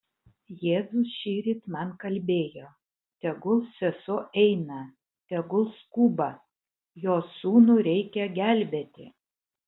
jėzus šįryt man kalbėjo tegul sesuo eina tegul skuba jos sūnų reikia gelbėti